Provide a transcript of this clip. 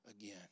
again